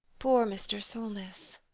poor mr. solness!